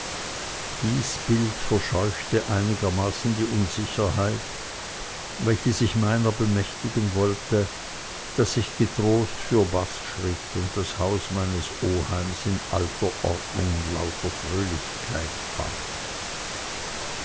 dies bild verscheuchte einigermaßen die unsicherheit welche sich meiner bemächtigen wollte daß ich getrost fürbaß schritt und das haus meines oheims in alter ordnung und lauter fröhlichkeit fand